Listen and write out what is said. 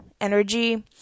energy